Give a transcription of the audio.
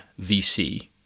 VC